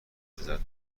رضایت